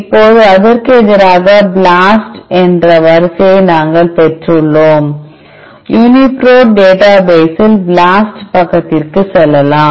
இப்போது அதற்கு எதிராக BLAST என்ற வரிசையை நாங்கள் பெற்றுள்ளோம் UniProt டேட்டா பேசில் BLAST பக்கத்திற்கு செல்லலாம்